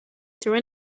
through